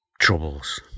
troubles